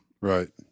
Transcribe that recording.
Right